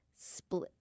split